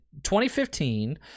2015